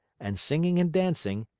and singing and dancing,